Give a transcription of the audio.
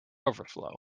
overflow